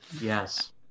yes